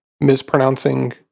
mispronouncing